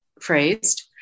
phrased